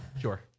Sure